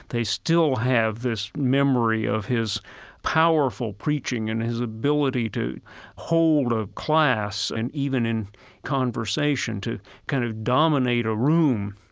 they still have this memory of his powerful preaching and his ability to hold a class and, even in conversation, to kind of dominate a room.